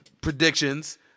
predictions